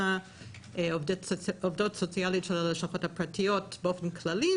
לעובדות הסוציאליות של הלשכות הפרטיות באופן כללי,